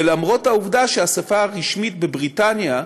ולמרות העובדה שהשפה הרשמית בבריטניה,